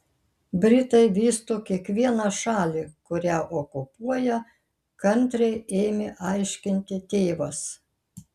britai vysto kiekvieną šalį kurią okupuoja kantriai ėmė aiškinti tėvas